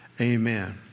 Amen